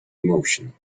emotion